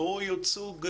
הוא ייצוג,